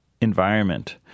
environment